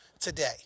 today